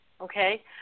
okay